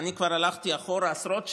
ואני כבר הלכתי אחורה עשרות שנים,